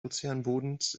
ozeanbodens